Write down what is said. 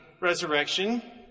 resurrection